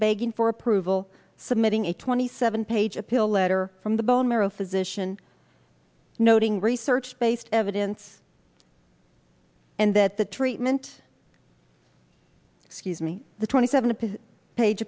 begging for approval submitting a twenty seven page appeal letter from the bone marrow physician noting research based evidence and that the treatment excuse me the twenty seven